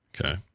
Okay